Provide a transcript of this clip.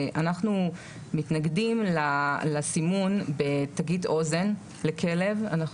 אנחנו מתנגדים לסימון בתגית אוזן לכלב בנוסף לשבב.